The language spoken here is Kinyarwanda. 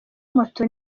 moto